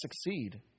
succeed